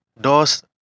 Doors